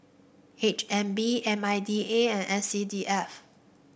H N B M I D A and S C D F